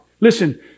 Listen